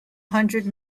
hundred